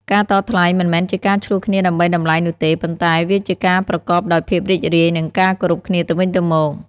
ការតថ្លៃមិនមែនជាការឈ្លោះគ្នាដើម្បីតម្លៃនោះទេ ប៉ុន្តែវាជាការប្រកបដោយភាពរីករាយ និងការគោរពគ្នាទៅវិញទៅមក។